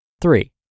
Three